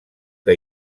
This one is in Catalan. que